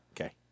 Okay